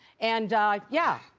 and yeah,